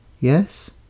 Yes